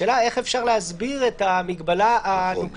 השאלה היא איך אפשר להסביר את המגבלה הנוקשה